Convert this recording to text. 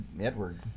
Edward